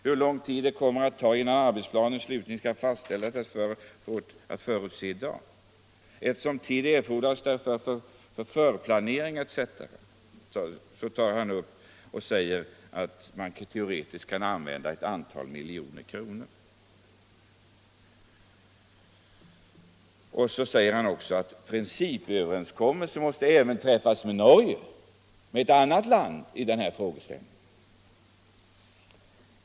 Hur lång tid det kommer att ta innan arbetsplanen slutligen kan fastställas är svårt att förutse i dag.” Eftersom tid erfordras för förplanering etc. säger han vidare att man teoretiskt kan använda ett antal miljoner kronor. Så säger han också att principöverenskommelse måste träffas med Norge — alltså med ett annat land —- om denna frågeställning.